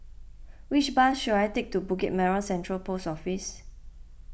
which bus should I take to Bukit Merah Central Post Office